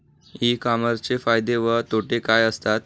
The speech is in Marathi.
ई कॉमर्सचे फायदे व तोटे काय असतात?